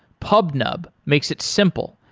pubnub makes it simple,